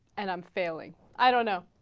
and i'm failing i don't know